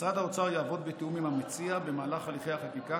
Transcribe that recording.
משרד האוצר יעבוד בתיאום עם המציע במהלך הליכי החקיקה